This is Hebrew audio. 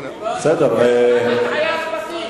יש כאן הטעיה רבתי.